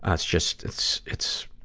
ah it's just, it's, it's,